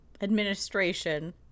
administration